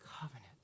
covenant